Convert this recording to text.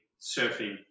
surfing